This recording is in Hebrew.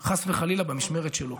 חס וחלילה, במשמרת שלו.